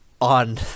on